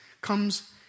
comes